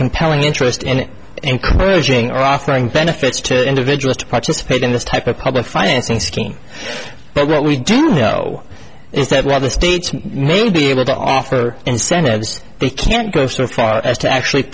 compelling interest in encouraging or offering benefits to individuals to participate in this type of public financing scheme but what we do know is that while the states may be able to offer incentives they can't go so far as to actually